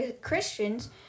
Christians